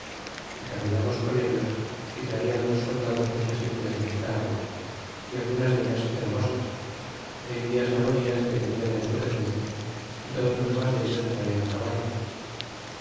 y caminamos con ellos y traian los soldados muchas indias de nicaragua y algunas deltas her mosas é indias naborias que tenian en su servicio y todos los mas dellos balan caballos